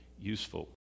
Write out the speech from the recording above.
useful